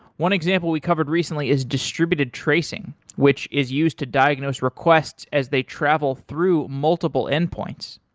one example we covered recently is distributed tracing, which is used to diagnose requests as they travel through multiple endpoints.